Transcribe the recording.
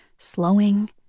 Slowing